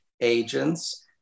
agents